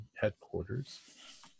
headquarters